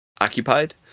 occupied